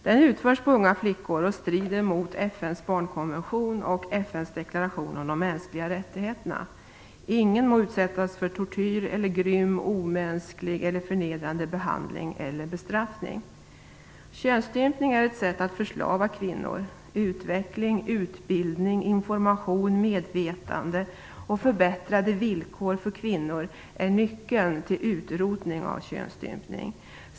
Den utförs på unga flickor och strider både mot FN:s barnkonvention och FN:s deklaration om de mänskliga rättigheterna: "Ingen må utsättas för tortyr eller grym, omänsklig eller förnedrande behandling eller bestraffning " Könsstympning är ett sätt att förslava kvinnor. Utveckling, utbildning, information, medvetande och förbättrade villkor för kvinnor är nyckeln till utrotning av könsstympning.